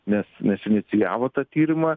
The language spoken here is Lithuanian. nes mes inicijavo tą tyrimą